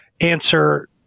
answer